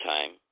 Time